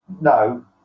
no